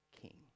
king